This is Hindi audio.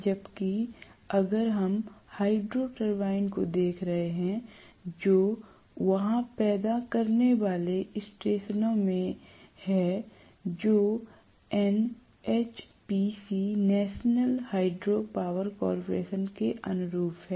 जबकि अगर हम हाइड्रो टरबाइन को देख रहे हैं जो वहाँ पैदा करने वाले स्टेशनों में हैं जो NHPC national hydro power corporation के अनुरूप हैं